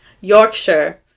Yorkshire